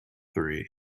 three